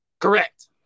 Correct